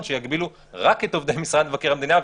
שיגבילו רק את עובדי משרד מבקר המדינה,